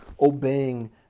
obeying